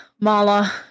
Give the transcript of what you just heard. Mala